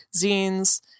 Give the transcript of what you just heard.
zines